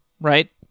right